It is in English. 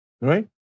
right